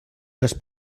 les